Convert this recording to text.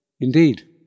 Indeed